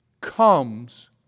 comes